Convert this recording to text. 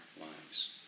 lives